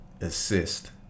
assist